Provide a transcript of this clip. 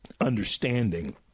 understanding